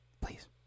please